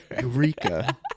Eureka